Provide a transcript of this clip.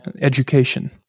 education